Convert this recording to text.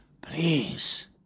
Please